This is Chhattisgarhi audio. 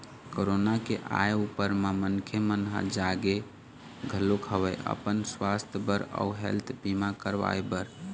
कोरोना के आय ऊपर म मनखे मन ह जागे घलोक हवय अपन सुवास्थ बर अउ हेल्थ बीमा करवाय बर